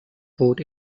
port